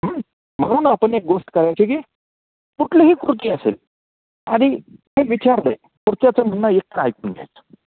म्हणून आपण एक गोष्ट करायची की कुठलीही कृती असेल आणि ते विचारलं आहे पुढच्याचं म्हणणं एकतर ऐकून घ्यायचं